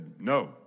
no